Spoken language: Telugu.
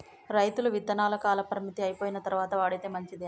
రైతులు విత్తనాల కాలపరిమితి అయిపోయిన తరువాత వాడితే మంచిదేనా?